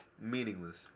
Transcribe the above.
Meaningless